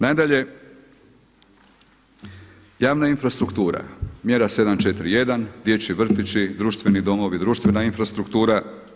Nadalje, javna infrastrukturu mjera 7.4.1. dječji vrtići, društveni domovi, društvena infrastruktura.